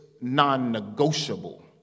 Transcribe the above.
non-negotiable